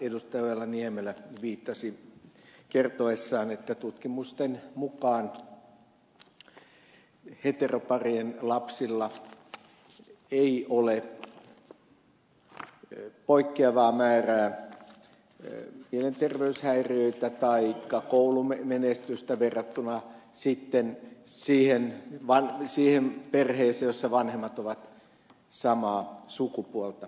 ojala niemelä viittasi kertoessaan että tutkimusten mukaan heteroparien lapsilla ei ole poikkeavaa määrää mielenterveyshäiriöitä taikka poikkeavaa koulumenestystä verrattuna sitten niiden perheiden lapsiin joissa vanhemmat ovat samaa sukupuolta